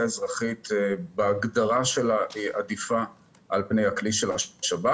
אזרחית עדיפה על פני הכלי של השב"כ.